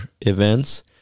events